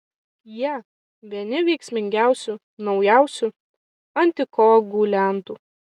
jie vieni veiksmingiausių naujausių antikoaguliantų